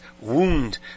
wound